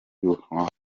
cy’ubufaransa